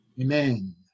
Amen